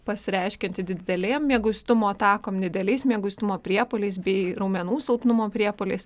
pasireiškianti didelėm mieguistumo atakom dideliais mieguistumo priepuoliais bei raumenų silpnumo priepuoliais